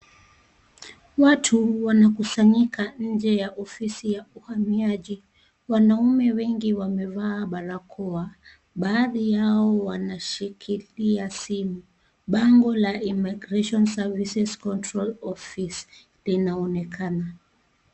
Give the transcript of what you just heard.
Watu, wanakusanyika nje ya ofisi ya uhamiaji, wanaume wengi wamevaa barakoa, baadhi yao wanashikilia simu, bango la (cs) immigration services control office (cs), linaonekana.